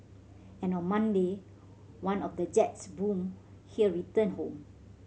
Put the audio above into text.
and on Monday one of the jets born here returned home